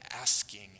asking